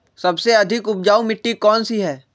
सबसे अधिक उपजाऊ मिट्टी कौन सी हैं?